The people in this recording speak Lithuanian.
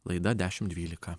laida dešim dvylika